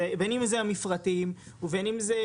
בין אם זה המפרטים ובין אם זה